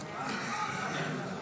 נתקבלה.